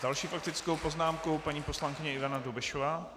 S další faktickou poznámkou paní poslankyně Ivana Dobešová.